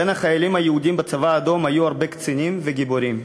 בין החיילים היהודים בצבא האדום היו הרבה קצינים וגיבורים.